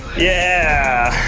yeah. i